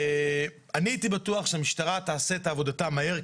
הייתי בטוח שהמשטרה תעשה את עבודתה מהר,